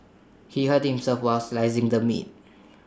he hurt himself while slicing the meat